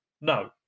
No